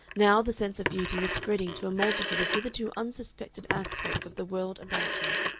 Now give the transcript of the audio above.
now the sense of beauty was spreading to a multitude of hitherto unsuspected aspects of the world about her.